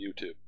YouTube